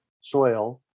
soil